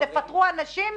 תפטרו אנשים?